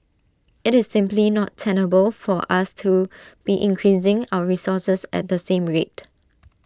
IT is simply not tenable for us to be increasing our resources at the same rate